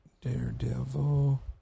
Daredevil